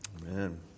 Amen